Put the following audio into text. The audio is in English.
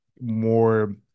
more